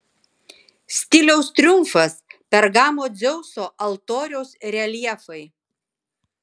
stiliaus triumfas pergamo dzeuso altoriaus reljefai